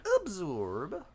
Absorb